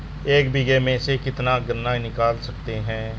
एक बीघे में से कितना गन्ना निकाल सकते हैं?